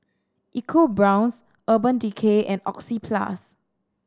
EcoBrown's Urban Decay and Oxyplus